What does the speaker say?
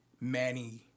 Manny